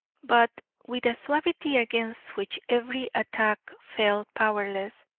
but with a suavity against which every attack fell powerless,